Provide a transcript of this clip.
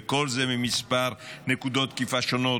וכל זה מכמה נקודות תקיפה שונות: